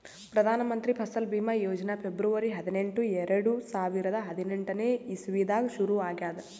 Pradhan Mantri Fasal Bima Yojana February ಹದಿನೆಂಟು, ಎರಡು ಸಾವಿರದಾ ಹದಿನೆಂಟನೇ ಇಸವಿದಾಗ್ ಶುರು ಆಗ್ಯಾದ್